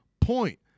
point